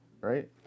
right